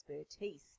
expertise